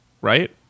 right